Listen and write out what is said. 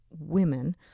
women